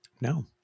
No